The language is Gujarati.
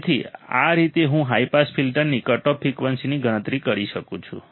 તેથી આ રીતે હું હાઈ પાસ ફિલ્ટરની કટઓફ ફ્રિકવન્સીની ગણતરી કરી શકું છું